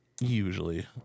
usually